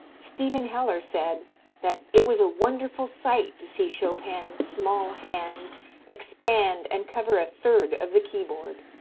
stephen heller said that it was a wonderful sight to see chopin's small hands expand and cover a third of the keyboard.